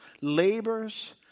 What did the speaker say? labors